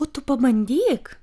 o tu pabandyk